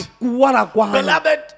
Beloved